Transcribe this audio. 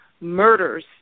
murders